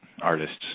artists